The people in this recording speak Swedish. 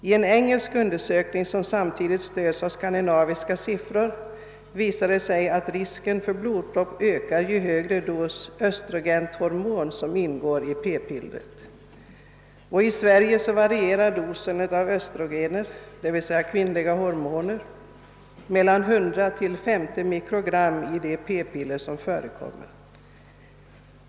Vid en engelsk undersökning som även stöds av skandinaviska siffror har det visat sig att risken för blodpropp ökar ju högre dos östrogen som ingår i p-piller. I Sverige varierar dosen östrogen — d.v.s. kvinnliga hormoner — mellan 100 och 150 milligram i de p-piller som förekommer.